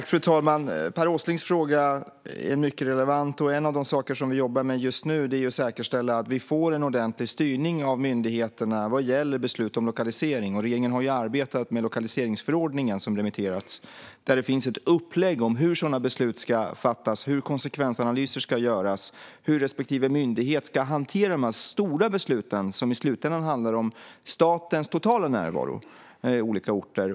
Fru talman! Per Åslings fråga är mycket relevant. En av de saker som vi jobbar med just nu är att säkerställa att vi får en ordentlig styrning av myndigheterna vad gäller beslut om lokalisering. Regeringen har arbetat med lokaliseringsförordningen, som har remitterats. Där finns ett upplägg om hur sådana beslut ska fattas, hur konsekvensanalyser ska göras och hur respektive myndighet ska hantera de här stora besluten. Det handlar ju i slutändan om statens totala närvaro på olika orter.